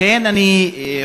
לכן אני חושב,